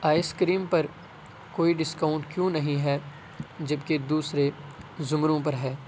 ice cream پر کوئی discount کیوں نہیں ہے جبکہ دوسرے زمروں پر ہے